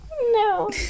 no